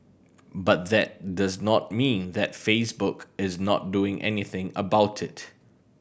but that does not mean that Facebook is not doing anything about it